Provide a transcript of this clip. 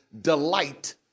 delight